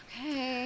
Okay